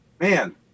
Man